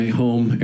home